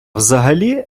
взагалі